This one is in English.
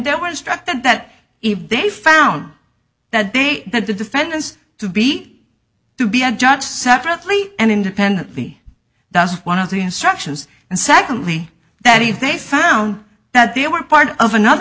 they were instructed that if they found that they had the defendants to be to be a judge separately and independently that's one of the instructions and secondly that if they found that they were part of another